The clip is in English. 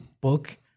Book